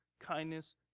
kindness